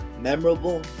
memorable